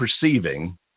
perceiving